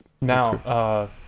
Now